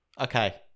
Okay